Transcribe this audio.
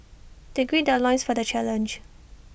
they gird their loins for the challenge